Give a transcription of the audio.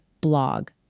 blog